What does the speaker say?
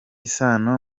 isano